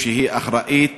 שהיא אחראית